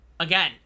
Again